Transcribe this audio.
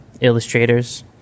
illustrators